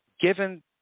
Given